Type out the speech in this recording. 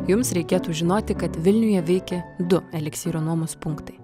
jums reikėtų žinoti kad vilniuje veikė du eliksyro nuomos punktai